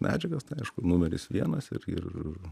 medžiagas tai aišku numeris vienas ir ir